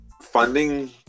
funding